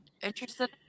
interested